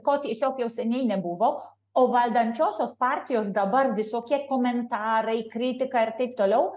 ko tiesiog jau seniai nebuvo o valdančiosios partijos dabar visokie komentarai kritika ir taip toliau